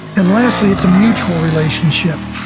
and lastly, it's a mutual relationship.